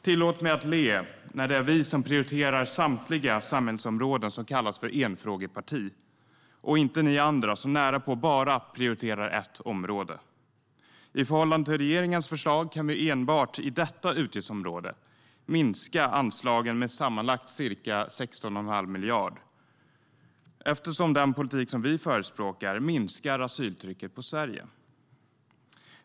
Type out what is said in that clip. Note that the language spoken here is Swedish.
Tillåt mig att le - vi som prioriterar samtliga samhällsområden kallas enfrågeparti, men inte ni andra, som närapå bara prioriterar ett område. I förhållande till regeringens förslag kan vi enbart under detta utgiftsområde minska anslagen med sammanlagt ca 16 1⁄2 miljard, eftersom den politik vi förespråkar minskar asyltrycket på Sverige.